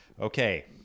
okay